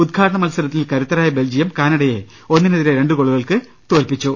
ഉദ്ഘാടന മത്സരത്തിൽ കരുത്തരായ ബെൽജിയം കാനഡയെ ഒന്നിനെതിരെ രണ്ട് ഗോളുകൾക്ക് തോൽപ്പിച്ചു